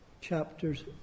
chapters